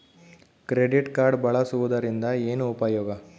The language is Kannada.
ಕ್ರೆಡಿಟ್ ಕಾರ್ಡ್ ಬಳಸುವದರಿಂದ ಏನು ಉಪಯೋಗ?